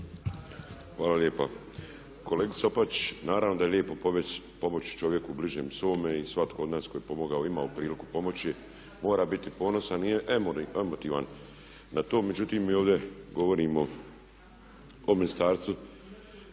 Miro (MOST)** Kolegice Opačić, naravno da je lijepo pomoći čovjeku bližnjem svome i svatko od nas koji je pomogao, imao priliku pomoći mora biti ponosan i emotivan na to. Međutim, mi ovdje govorimo o Ministarstvu